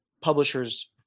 publisher's